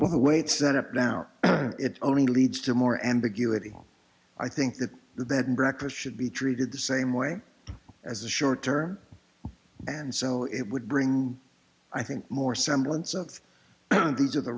the way it's set up now it only leads to more ambiguity i think that the bed and breakfast should be treated the same way as a short term and so it would bring i think more semblance of these are the